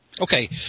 Okay